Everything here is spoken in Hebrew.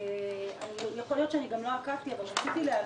יכול להיות שלא עקבתי, אבל רציתי להבין: